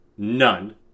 None